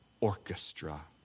orchestra